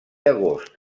agost